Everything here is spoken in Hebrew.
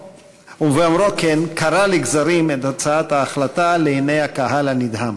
ובאומרו כן קרע לגזרים את הצעת ההחלטה לעיני הקהל הנדהם.